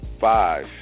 five